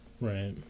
right